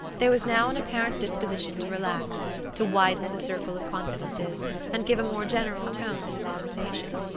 there was now an apparent disposition to relax to widen the circle of confidences and give a more general tone to the conversation.